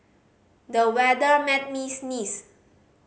the weather made me sneeze